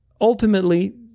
ultimately